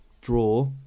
draw